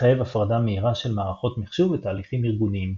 מחייב הפרדה מהירה של מערכות מחשוב ותהליכים ארגוניים.